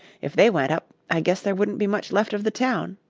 if they went up, i guess there wouldn't be much left of the town.